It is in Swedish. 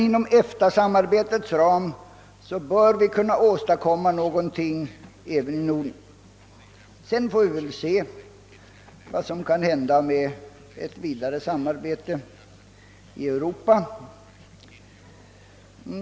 Inom EFTA samarbetets ram bör vi emellertid kunna åstadkomma någonting även i Norden. Sedan får vi väl se vad som kan hända med ett vidare samarbete i Europa.